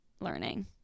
learning